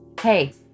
Hey